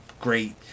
great